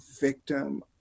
victim